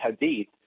Hadith